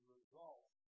results